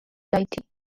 deity